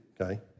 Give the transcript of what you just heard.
okay